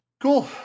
cool